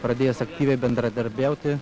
pradėjęs aktyviai bendradarbiauti